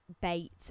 bait